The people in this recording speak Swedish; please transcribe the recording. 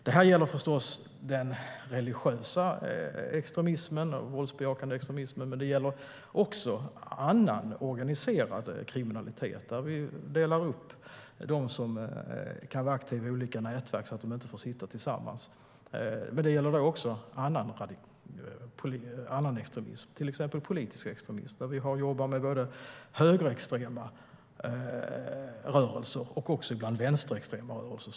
Det här gäller förstås den religiösa våldsbejakande extremismen, men det gäller också annan organiserad kriminalitet. Där delas de som kan vara aktiva i olika nätverk upp så att de inte får sitta tillsammans. Det gäller då också annan extremism, till exempel politisk extremism. Vi jobbar med både högerextrema rörelser och vänsterextrema rörelser.